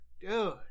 dude